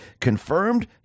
Confirmed